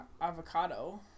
avocado